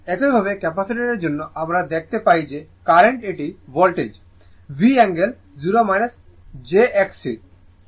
একইভাবে ক্যাপাসিটরের জন্য আমরা দেখতে পাই যে কারেন্টে এটি ভোল্টেজ V অ্যাঙ্গেল 0 jXC